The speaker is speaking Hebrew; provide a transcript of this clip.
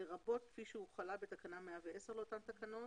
לרבות כפי שהוחלה בתקנה 110 לאותן תקנות.